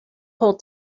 whole